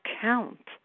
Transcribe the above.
count